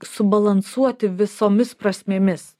subalansuoti visomis prasmėmis